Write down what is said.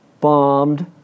bombed